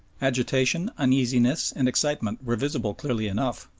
agitation, uneasiness, and excitement, were visible clearly enough,